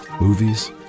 Movies